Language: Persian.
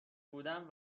بودم